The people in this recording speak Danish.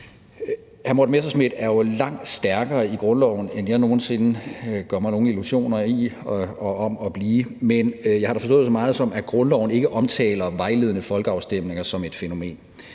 Hr. Morten Messerschmidt er jo langt stærkere i grundloven, end jeg gør mig nogle illusioner om nogen sinde at blive, men jeg har dog forstået så meget, som at grundloven ikke omtaler vejledende folkeafstemninger som et fænomen.